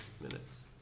minutes